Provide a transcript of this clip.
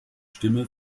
stimme